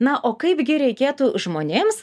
na o kaipgi reikėtų žmonėms